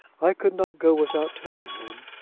i could not go without telling him,